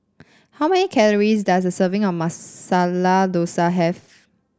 how many calories does a serving of Masala Dosa have